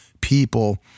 people